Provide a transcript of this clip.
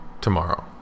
tomorrow